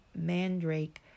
mandrake